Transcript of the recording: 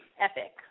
epic